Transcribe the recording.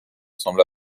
semble